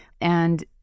And-